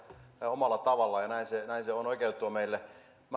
omalla tavallamme ja näin se näin se on oikeutettua meille minä